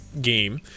game